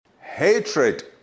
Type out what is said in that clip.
Hatred